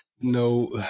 no